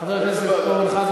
חבר הכנסת אורן חזן,